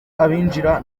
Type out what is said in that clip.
abinjira